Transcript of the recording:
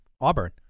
Auburn